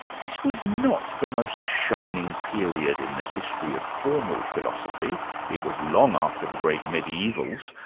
this was not the most shining period in the history of formal philosophy it was long after the great mediaevals,